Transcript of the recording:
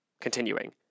continuing